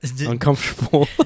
uncomfortable